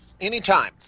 Anytime